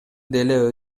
деле